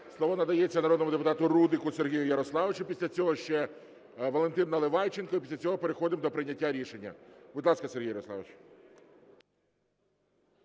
Слово надається народному депутату Рудику Сергію Ярославовичу, після цього ще Валентин Наливайченко, і після цього переходимо до прийняття рішення. Будь ласка, Сергій Ярославович.